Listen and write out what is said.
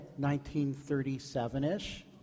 1937-ish